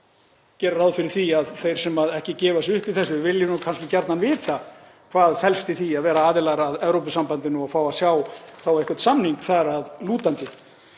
gera ráð fyrir því að þeir sem ekki gefa sig upp í þessu vilji kannski gjarnan vita hvað felst í því að vera aðilar að Evrópusambandinu og fá að sjá þá einhvern samning þar að lútandi.